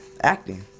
acting